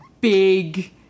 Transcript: big